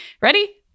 Ready